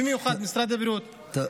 במיוחד משרד הבריאות,